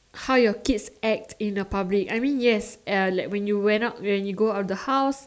how your kids act in the public I mean yes uh like when you went out when you go out of the house